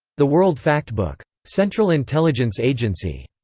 the world factbook. central intelligence agency.